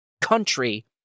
country